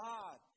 God